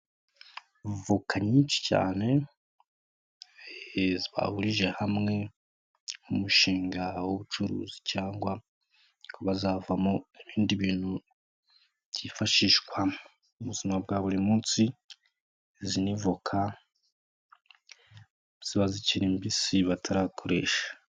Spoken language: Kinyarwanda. Voka nyinshi cyane zahurije hamwe nk'umushinga w'ubucuruzi, cyangwa kuba bazava mo ibindi bintu byifashishwa mu buzima bwa buri munsi, iz ni voka ziba zikiri mbisi batarakoresha.